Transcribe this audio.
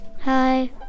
Hi